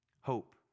Hope